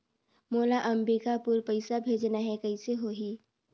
मोला अम्बिकापुर पइसा भेजना है, कइसे होही?